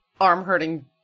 arm-hurting